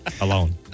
Alone